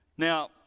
Now